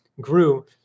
grew